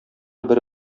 бер